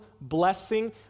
blessing